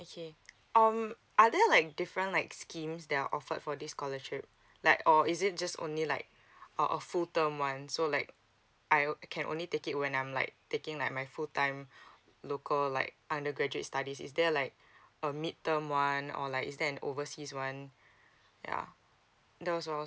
okay um are there like different like schemes that are offered for this scholarship like or is it just only like orh of full term one so like I can only take it when I'm like taking like my full time local like undergraduate studies is there like a mid term one or like is there an overseas one yeah